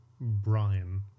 Brian